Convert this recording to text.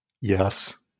Yes